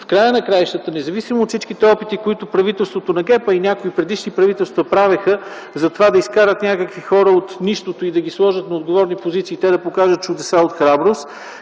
директор. Независимо от всичките опити, които правителството на ГЕРБ, а и някои предишни правителства правеха да изкарат някакви хора от нищото, да ги сложат на отговорни позиции и те да покажат чудеса от храброст,